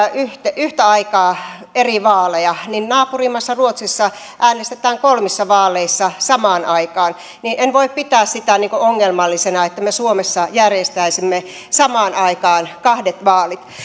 yhtä aikaa eri vaaleja naapurimaassa ruotsissa äänestetään kolmissa vaaleissa samaan aikaan joten en voi pitää sitä ongelmallisena että me suomessa järjestäisimme samaan aikaan kahdet vaalit